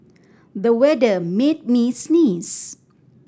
the weather made me sneeze